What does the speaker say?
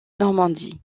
normandie